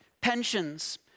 pensions